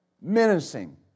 menacing